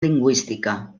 lingüística